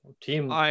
team